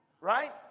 Right